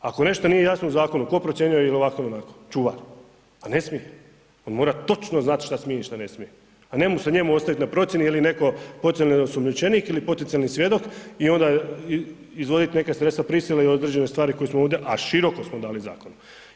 Ako nešto nije jasno u zakonu, tko procjenjuje jel ovako ili onako čuvar, a ne smije, on mora točno znat šta smije i šta ne smije, a ne se njemu ostavit na procjeni je li netko potencijalni osumnjičenik ili potencijalni svjedok i onda izvodit neka sredstva prisile i određene stvari koje smo ovdje, a široko smo dali zakon.